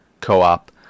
co-op